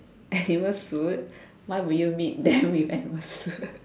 animal suit why would you meet them with animal